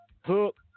hook